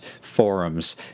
forums